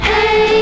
Hey